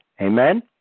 Amen